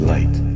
Light